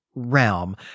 realm